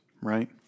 right